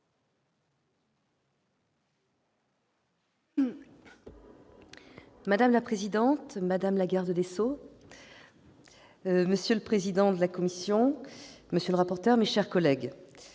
Madame la présidente, madame la garde des sceaux, monsieur le président de la commission, monsieur le rapporteur, mes chers collègues,